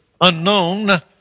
unknown